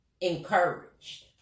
encouraged